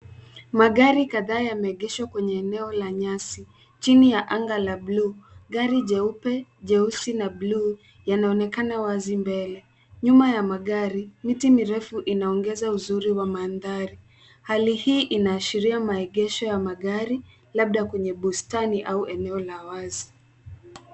Magari kadhaa yameegeshwa kwenye eneo la nyasi. Chini ya anga la blue .Gari jeupe, jeusi na blue yanaonekana wazi mbele .Nyuma ya magari miti mirefu inaongeza uzuri wa mandhari. Hali hii inaashiria maegesho ya magari labda kwenye bustani au eneo la wazi.